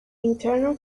internal